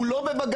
הוא לא בבג"ץ,